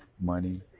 money